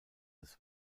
des